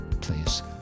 please